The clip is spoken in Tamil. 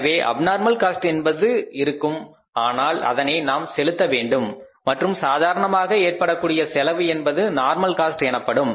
எனவே அப்நார்மல் காஸ்ட் என்பது இருக்கும் ஆனால் அதனை நாம் செலுத்த வேண்டும் மற்றும் சாதாரணமாக ஏற்படக்கூடிய செலவு என்பது நார்மல் காஸ்ட் எனப்படும்